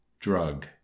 drug